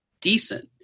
decent